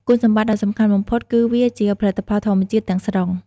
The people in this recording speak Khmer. គុណសម្បត្តិដ៏សំខាន់បំផុតគឺវាជា ផលិតផលធម្មជាតិ ទាំងស្រុង។